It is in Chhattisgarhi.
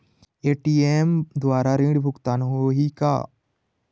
ए.टी.एम द्वारा ऋण भुगतान होही का?